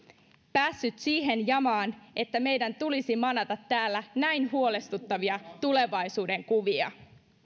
päässyt siihen jamaan että meidän tulisi manata täällä näin huolestuttavia tulevaisuudenkuvia